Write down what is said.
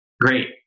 Great